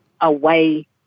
away